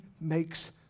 makes